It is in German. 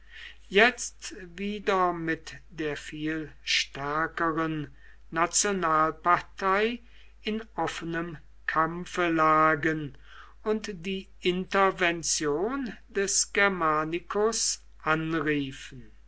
jetzt wieder mit der viel stärkeren nationalpartei in offenem kampfe lagen und die intervention des germanicus anriefen